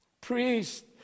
Priest